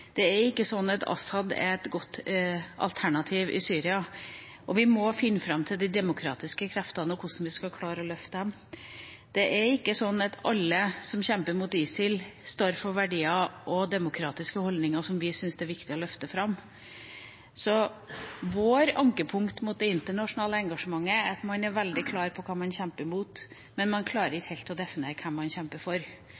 Det er ikke slik at al-Assad er et godt alternativ i Syria, og vi må finne fram til de demokratiske kreftene og hvordan vi skal klare å løfte dem. Det er ikke slik at alle som kjemper mot ISIL, står for verdier og demokratiske holdninger som vi syns det er viktig å løfte fram. Vårt ankepunkt mot det internasjonale engasjementet er at man er veldig klar på hva man kjemper imot, men man klarer